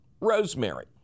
rosemary